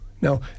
Now